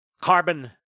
carbon